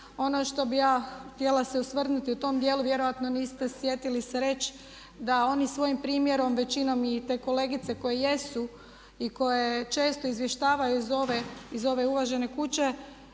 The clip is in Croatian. Ono što bih ja htjela se osvrnuti u tom dijelu vjerojatno niste sjetili se reći, da oni svojim primjerom većinom i te kolegice koje jesu i koje često izvještavaju iz ove uvažene kuće